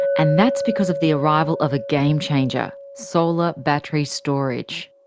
and that's because of the arrival of a game-changer solar battery storage.